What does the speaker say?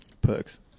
perks